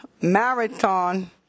marathon